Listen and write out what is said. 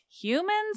humans